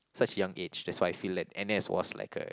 such young age that's why I feel n_s was like a